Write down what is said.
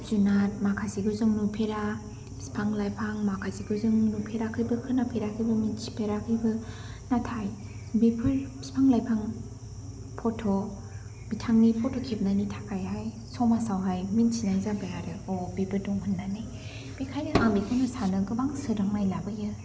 जिब जुनाद माखासेखौ जों नुफेरा बिफां लाइफां माखासेखौ जों नुफेराखैबो खोनाफेराखैबो मिन्थिफेराखैबो नाथाय बेफोर बिफां लाइफां फट' बिथांनि फट' खेबनायनि थाखायहाय समाजावहाय मिन्थिनाय जाबाय आरो ओ बेबो दङ' होननानै बिखायनो आं बेखौनो सानो गोबां सोदांनाय लाबोयो